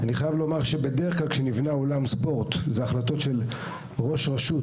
אני יכול להגיד שבדרך כלל כשנבנה אולם ספורט זאת החלטה של ראש רשות.